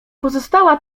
pozostała